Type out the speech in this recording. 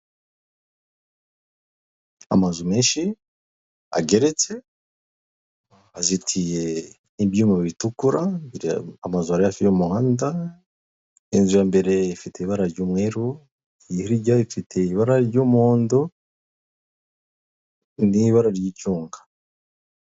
Amazu menshi ageretse, azitiye n'ibyuma bitukura, amazu ari hafi y'umuhanda, inzu ya mbere ifite ibara ry'umweru, iri hirya ifite ibara ry'umuhondo n'ibara ry'icunga.